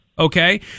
Okay